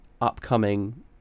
upcoming